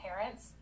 parents